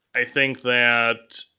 i think that